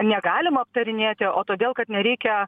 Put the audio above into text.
negalima aptarinėti o todėl kad nereikia